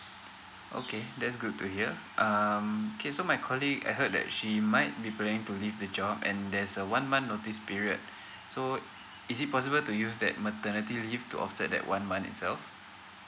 okay that's good to hear um okay so my colleague I heard that she might be planning to leave the job and there's a one month notice period so is it possible to use that maternity leave to offset that one month itself